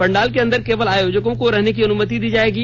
पंडाल के अंदर केवल आयोजकों को रहने की अनुमति दी जाएगी